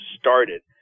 started